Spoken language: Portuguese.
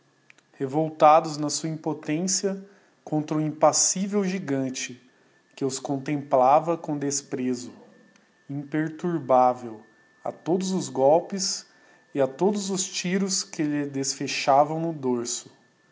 revoltados na sua impotência contra o impassível gigante que os contemplava com desprezo imperturbável a todos os golpes e a todos os tiros que lhe desfechavam no dorso